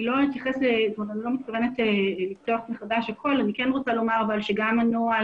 אני לא מתכוונת לפתוח מחדש הכול אבל אני כן רוצה לומר שגם הנוהל